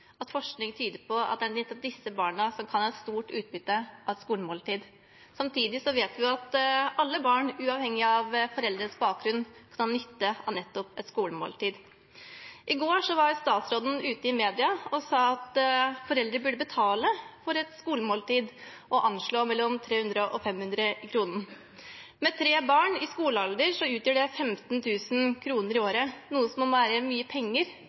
at forskning tyder på at det er nettopp disse barna som kan ha stort utbytte av et skolemåltid. Samtidig vet vi at alle barn, uavhengig av foreldrenes bakgrunn, drar nytte av nettopp et skolemåltid. I går var statsråden ute i media og sa at foreldre burde betale for et skolemåltid, og anslo mellom 300 og 500 kr i måneden. Med tre barn i skolealder utgjør det 15 000 kr i året, noe som må være mye penger